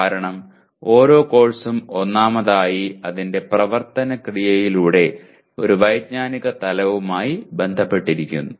കാരണം ഓരോ കോഴ്സും ഒന്നാമതായി അതിന്റെ പ്രവർത്തന ക്രിയയിലൂടെ ഒരു വൈജ്ഞാനിക തലവുമായി ബന്ധപ്പെട്ടിരിക്കുന്നു